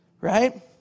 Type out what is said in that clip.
right